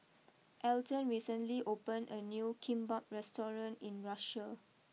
Elton recently opened a new Kimbap restaurant in Russia